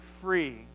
free